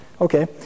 okay